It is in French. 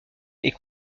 est